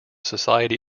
society